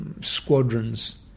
squadrons